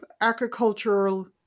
agricultural